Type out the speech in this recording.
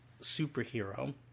superhero